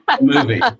movie